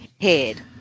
head